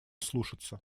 слушаться